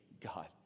God